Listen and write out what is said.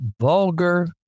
vulgar